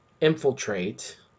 infiltrate